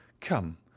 come